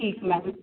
ਠੀਕ ਮੈਮ